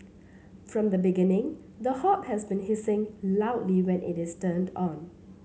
from the beginning the hob has been hissing loudly when it is turned on